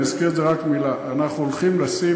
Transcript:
אני אזכיר רק את זה רק במילה: אנחנו הולכים לשים,